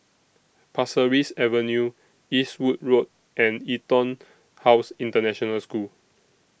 Pasir Ris Avenue Eastwood Road and Etonhouse International School